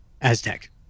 Aztec